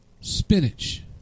Spinach